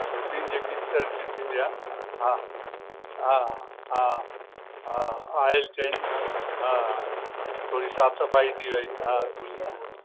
routine जेकी चर्च थींदी आहे हा हा हा हा ऑयल चेंज आहे हा थोरी साफ़ु सफ़ाई थी वई हा खोली हा